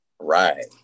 right